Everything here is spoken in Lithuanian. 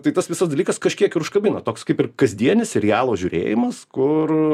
tai tas visas dalykas kažkiek ir užkabina toks kaip ir kasdienis serialo žiūrėjimas kur